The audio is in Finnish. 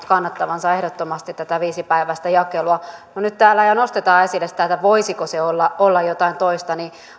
kannattavansa ehdottomasti tätä viisipäiväistä jakelua no nyt täällä jo nostetaan esille sitä että voisiko se olla jotain toista